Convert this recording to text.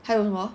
还有什么